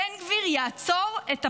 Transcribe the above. בן גביר יעצור את הפשיעה.